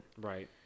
right